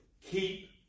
Keep